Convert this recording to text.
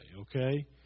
okay